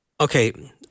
okay